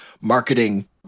marketing